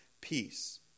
peace